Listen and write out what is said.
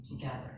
together